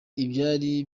ibyari